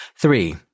Three